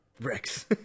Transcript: Rex